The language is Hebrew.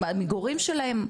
המגורים שלהם?